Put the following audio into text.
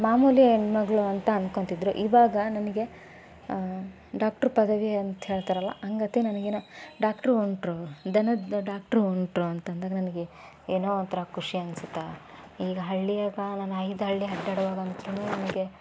ಮಾಮೂಲಿ ಹೆಣ್ಮಗಳು ಅಂತ ಅನ್ಕೊಂತಿದ್ದರು ಇವಾಗ ನನಗೆ ಡಾಕ್ಟ್ರ್ ಪದವಿ ಅಂತ ಹೇಳ್ತಾರಲ್ಲ ಅಂಗತೆ ನನಗೇನೋ ಡಾಕ್ಟ್ರು ಹೊಂಟ್ರು ದನದ ಡಾಕ್ಟ್ರ್ ಹೊಂಟ್ರು ಅಂತಂದಾಗ ನನಗೆ ಏನೋ ಒಂಥರ ಖುಷಿ ಅನ್ಸಿತ್ತು ಈಗ ಹಳ್ಳಿಯಾಗ ನಾನು ಐದಳ್ಳಿ ಅಡ್ಡಾಡುವಾಗಂತುನು ನನಗೆ